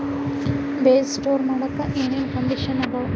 ಬೇಜ ಸ್ಟೋರ್ ಮಾಡಾಕ್ ಏನೇನ್ ಕಂಡಿಷನ್ ಅದಾವ?